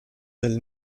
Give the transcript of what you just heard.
del